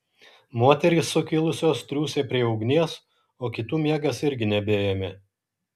moterys sukilusios triūsė prie ugnies o kitų miegas irgi nebeėmė